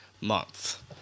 month